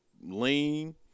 lean